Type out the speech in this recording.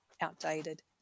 outdated